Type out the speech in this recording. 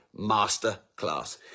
masterclass